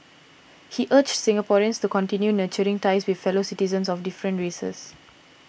he urged Singaporeans to continue nurturing ties with fellow citizens of different races